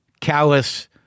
callous